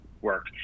work